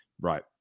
right